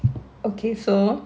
okay so